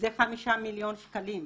זה חמישה מיליון שקלים.